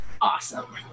Awesome